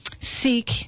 seek